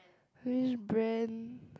which brand